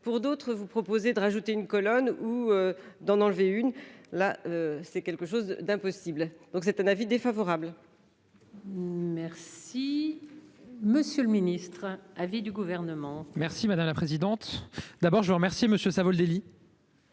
pour d'autres, vous proposez de rajouter une colonne ou d'en enlever une, là c'est quelque chose d'impossible. Donc c'est un avis défavorable. Merci, monsieur le Ministre avis du gouvernement. Merci madame la présidente. D'abord je vous remercie monsieur Savoldelli.